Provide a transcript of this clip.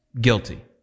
guilty